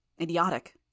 Idiotic